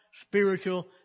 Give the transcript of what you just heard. spiritual